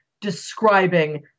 describing